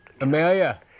Amelia